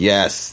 Yes